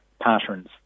patterns